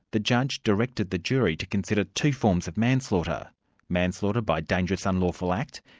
the judge directed the jury to consider two forms of manslaughter manslaughter by dangerous unlawful act,